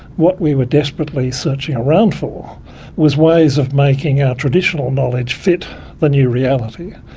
what we were desperately searching around for was ways of making our traditional knowledge fit the new reality.